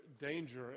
danger